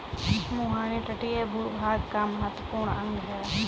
मुहाने तटीय भूभाग का महत्वपूर्ण अंग है